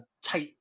Tight